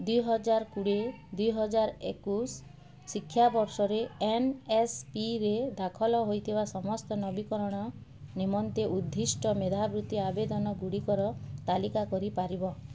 ଦୁଇ ହଜାର କୋଡ଼ିଏ ଦୁଇ ହଜାର ଏକୋଇଶ ଶିକ୍ଷା ବର୍ଷରେ ଏନ୍ଏସ୍ପିରେ ଦାଖଲ ହୋଇଥିବା ସମସ୍ତ ନବୀକରଣ ନିମନ୍ତେ ଉଦ୍ଦିଷ୍ଟ ମେଧାବୃତ୍ତି ଆବେଦନ ଗୁଡ଼ିକର ତାଲିକା କରିପାରିବ